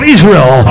Israel